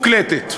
מוקלטת.